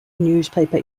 newspaper